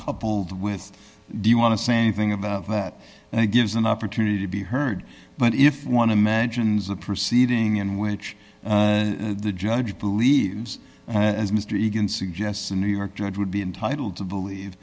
coupled with do you want to say anything about that and it gives an opportunity to be heard but if one imagines a proceeding in which the judge believes as mr egan suggests the new york judge would be entitled to believe